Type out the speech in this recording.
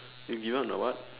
if given the what